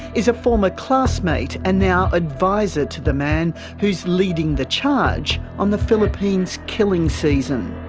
is a former classmate and now adviser to the man who's leading the charge on the philippines' killing season.